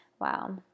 Wow